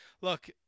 Look